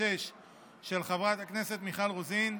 פ/2336/24, של חברת הכנסת מיכל רוזין,